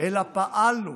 אלא פעלנו